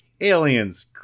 aliens